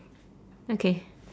okay